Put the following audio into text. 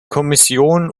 kommission